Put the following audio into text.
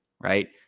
right